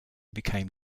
became